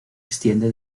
extiende